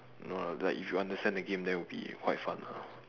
no lah like if you understand the game then it will be quite fun lah